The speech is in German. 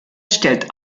stellt